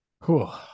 cool